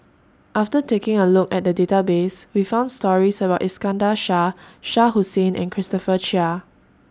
after taking A Look At The Database We found stories about Iskandar Shah Shah Hussain and Christopher Chia